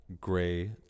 gray